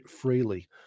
freely